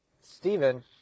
Stephen